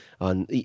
on